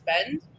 spend